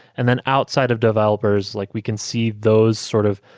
and then outside of developers, like we can see those sort of,